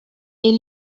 est